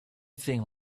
thing